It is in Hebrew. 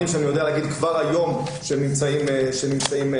שאני יודע להגיד כבר היום שהם נמצאים בידינו,